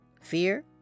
Fear